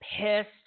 pissed